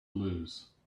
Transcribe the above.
lose